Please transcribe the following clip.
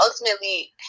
ultimately